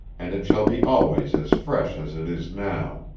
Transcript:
and it shall be always as fresh as it is now.